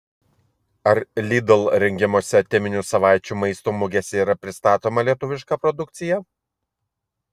ar lidl rengiamose teminių savaičių maisto mugėse yra pristatoma lietuviška produkcija